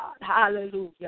Hallelujah